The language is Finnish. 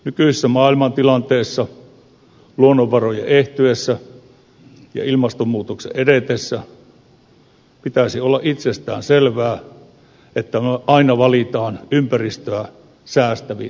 nykyisessä maailmantilanteessa luonnonvarojen ehtyessä ja ilmastonmuutoksen edetessä pitäisi olla itsestäänselvää että me aina valitsemme ympäristöä eniten säästävän toimintamallin